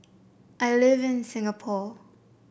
I live in Singapore